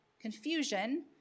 confusion